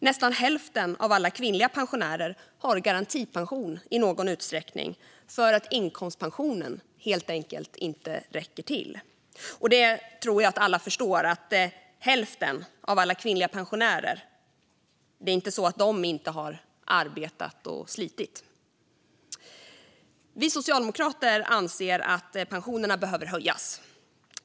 Nästan hälften av alla kvinnliga pensionärer har garantipension i någon utsträckning för att inkomstpensionen helt enkelt inte räcker till. Jag tror att alla förstår att det inte är så att hälften av alla kvinnliga pensionärer inte har arbetat och slitit. Vi socialdemokrater anser att pensionerna behöver höjas.